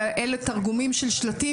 אלא אלה תרגומים של שלטים,